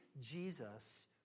Jesus